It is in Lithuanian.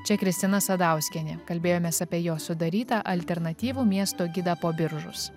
čia kristina sadauskienė kalbėjomės apie jos sudarytą alternatyvų miesto gidą po biržus